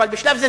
אבל בשלב זה,